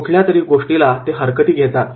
कुठल्यातरी गोष्टीला ते हरकती घेतील